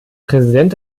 präsident